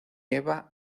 eva